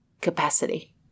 capacity